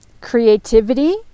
Creativity